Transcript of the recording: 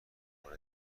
مورد